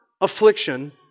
affliction